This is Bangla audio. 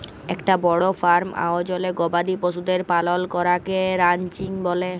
একটা বড় ফার্ম আয়জলে গবাদি পশুদের পালন করাকে রানচিং ব্যলে